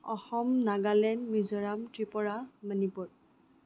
Assam Nagaland Mizoram Tripura Manipur